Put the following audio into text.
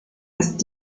ist